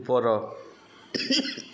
ଉପର